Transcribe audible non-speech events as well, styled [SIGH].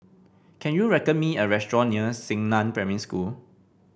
can you [UNINTELLIGIBLE] me a restaurant near Xingnan Primary School